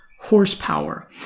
horsepower